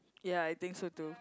ya I think so too